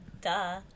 Duh